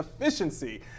Efficiency